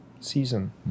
season